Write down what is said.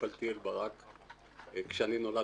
כשאני נולדתי,